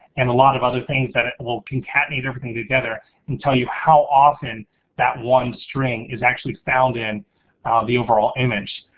and a lot of other things that it will concatenate everything together and tell you how often that one string is actually found in the overall image.